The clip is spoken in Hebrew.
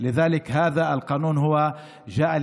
ולכן החוק הזה הגיע,